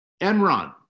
Enron